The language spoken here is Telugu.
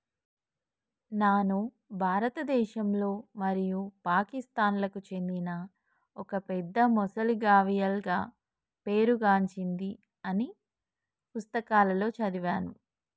నాను భారతదేశంలో మరియు పాకిస్తాన్లకు చెందిన ఒక పెద్ద మొసలి గావియల్గా పేరు గాంచింది అని పుస్తకాలలో సదివాను